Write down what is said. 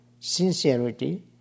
Sincerity